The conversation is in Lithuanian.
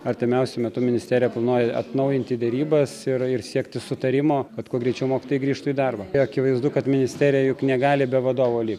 artimiausiu metu ministerija planuoja atnaujinti derybas ir ir siekti sutarimo kad kuo greičiau mokytojai grįžtų į darbą ir akivaizdu kad ministerija juk negali be vadovo likti